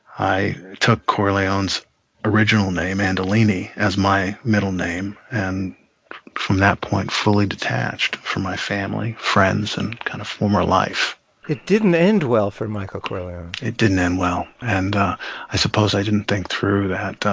i took corleone's original name, andolini, as my middle name, and from that point, fully detached from my family, friends and kind of former life it didn't end well for michael corleone it didn't end well. and i suppose i didn't think through that.